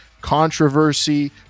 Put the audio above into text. controversy